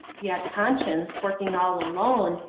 yet conscience, working all alone,